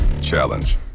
Challenge